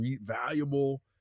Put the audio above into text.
valuable